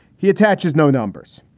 he attaches no numbers.